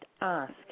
ask